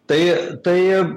tai tai